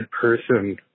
person